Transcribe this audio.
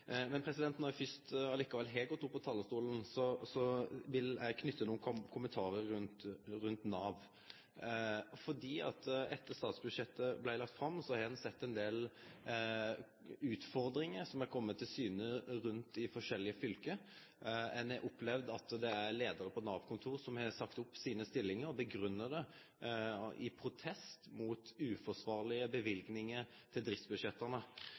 Men når eg likevel først har gått opp på talarstolen, vil eg knyte nokre kommentarar rundt Nav, for etter at statsbudsjettet blei lagt fram, har ein sett ein del utfordringar som har kome til syne rundt om i forskjellige fylke. Ein har opplevd at det er leiarar på Nav-kontor som har sagt opp stillinga si i protest mot uforsvarlege løyvingar til